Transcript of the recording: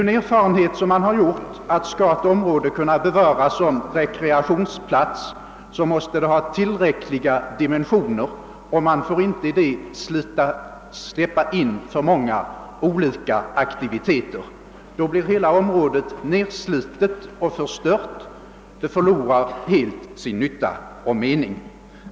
Vi har ju gjort den erfarenheten, att skall ett område kunna bevaras som rekreaktionsplats, måste det ha tillräckliga dimensioner, och man får inte i det släppa in alltför många olika aktiviteter. Då blir hela området nedslitet och förstört och förlorar helt sin nytta och mening.